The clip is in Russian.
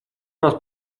нас